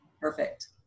perfect